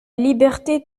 liberté